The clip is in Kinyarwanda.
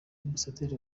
ambasaderi